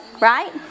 right